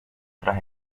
tras